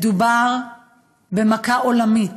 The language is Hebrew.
מדובר במכה עולמית.